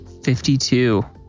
52